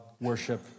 worship